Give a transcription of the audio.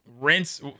rinse